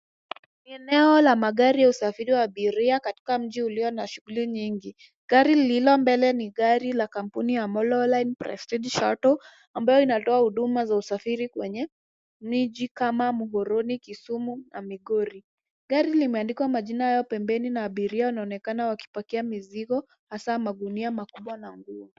Ni eneo la magari ya usafiri wa abiria katika mji ulio na shughuli nyingi. Gari lililo mbele ni gari la kampuni ya Mololine Prestige Shuttle ambayo inatoa huduma za usafiri kwenye miji kama Muhoroni, Kisumu na Migori. Gari limeandikwa majina yao pembeni na abiria wanaonekana wakipakia mizigo, hasa magunia makubwa na nguo.